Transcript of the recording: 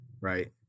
Right